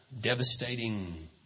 devastating